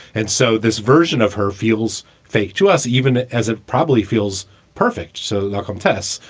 and so this version of her fuels fake to us, even as it probably feels perfect. so contests,